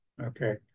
Okay